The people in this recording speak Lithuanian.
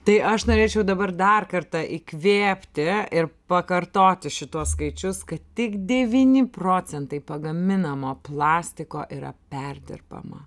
tai aš norėčiau dabar dar kartą įkvėpti ir pakartoti šituos skaičius kad tik devyni procentai pagaminamo plastiko yra perdirbama